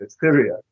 Syria